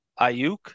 Ayuk